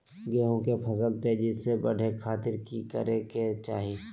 गेहूं के फसल तेजी से बढ़े खातिर की करके चाहि?